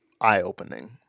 eye-opening